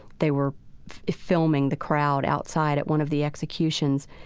they were filming the crowd outside at one of the executions,